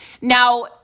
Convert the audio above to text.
Now